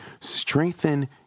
strengthen